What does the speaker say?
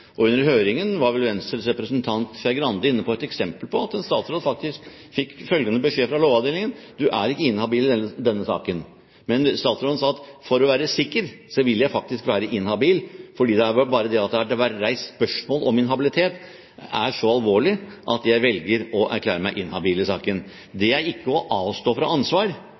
lovmessige. Under høringen var vel Venstres representant Skei Grande inne på et eksempel på at en statsråd faktisk fikk følgende beskjed fra Lovavdelingen: Du er ikke inhabil i denne saken. Men statsråden sa: For å være sikker vil jeg faktisk være inhabil, for bare det at det har vært reist spørsmål om min habilitet, er så alvorlig at jeg velger å erklære meg inhabil i saken. Det er ikke å avstå fra ansvar,